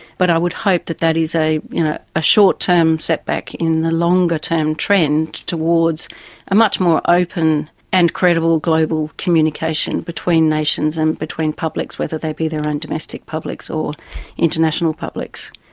but i would hope that that is a you know a short-term setback in the longer-term trend towards a much more open and credible global communication between nations and between publics, whether they be their own domestic publics or international publics.